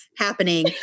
happening